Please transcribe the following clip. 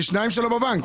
כי שניים שלו בבנק.